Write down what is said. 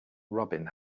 robin